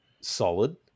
solid